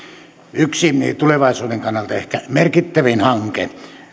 yksi tulevaisuuden kannalta ehkä merkittävin hanke